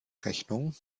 rechnung